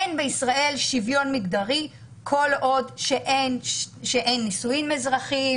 אין בישראל שוויון מגדרי כל עוד שאין נישואים אזרחיים,